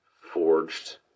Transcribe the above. forged